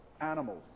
Animals